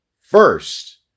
first